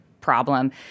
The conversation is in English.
problem